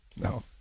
No